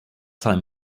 time